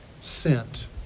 sent